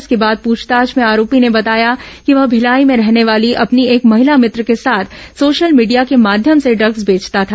इसके बाद पूछताछ में आरोपी ने बताया कि वह भिलाई में रहने वाली अपनी एक महिला भित्र के साथ सोशल मीडिया के माध्यम से ड्रग्स बेचता था